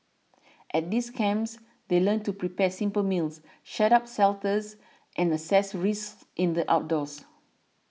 at these camps they learn to prepare simple meals shed up shelters and assess risks in the outdoors